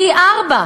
פי-ארבעה.